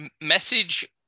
message